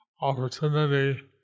opportunity